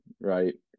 right